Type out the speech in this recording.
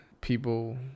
people